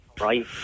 right